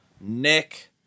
Nick